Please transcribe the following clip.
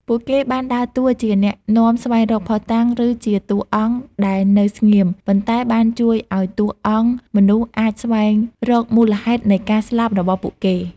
ពួកគេបានដើរតួជាអ្នកនាំស្វែងរកភស្តុតាង ឬជាតួអង្គដែលនៅស្ងៀម ប៉ុន្តែបានជួយឲ្យតួអង្គមនុស្សអាចស្វែងរកមូលហេតុនៃការស្លាប់របស់ពួកគេ។